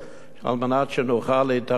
כדי שנוכל להתארגן,